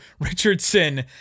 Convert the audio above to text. Richardson